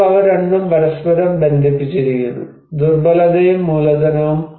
ഇപ്പോൾ അവ രണ്ടും പരസ്പരം ബന്ധിപ്പിച്ചിരിക്കുന്നു ദുർബലതയും മൂലധനവും